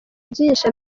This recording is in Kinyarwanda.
byinshi